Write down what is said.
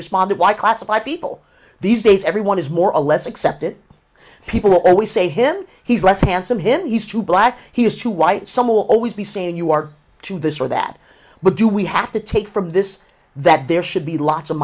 responded why classify people these days everyone is more or less accepted people will always say him he's less handsome him he's too black he's too white some will always be saying you are too this or that but do we have to take from this that there should be lots of